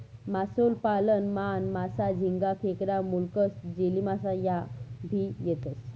मासोई पालन मान, मासा, झिंगा, खेकडा, मोलस्क, जेलीमासा ह्या भी येतेस